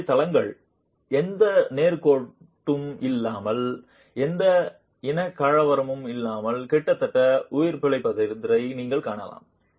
மேற்படி தளங்கள் எந்த நேர்கோட்டும் இல்லாமல் எந்த இனக்கலவரமும் இல்லாமல் கிட்டத்தட்ட உயிர் பிழைத்திருப்பதை நீங்கள் காணலாம்